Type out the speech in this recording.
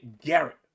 Garrett